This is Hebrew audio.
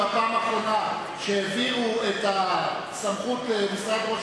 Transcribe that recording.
הפעם האחרונה שהעבירו את הסמכות למשרד ראש